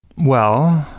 well,